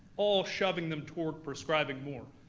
all shoving them toward prescribing more.